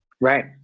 Right